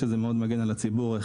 מהי ההגנה על הציבור פה?